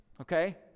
Okay